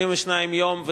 72 יום,